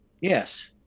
Yes